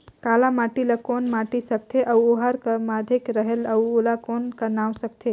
काला माटी ला कौन माटी सकथे अउ ओहार के माधेक रेहेल अउ ओला कौन का नाव सकथे?